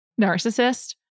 narcissist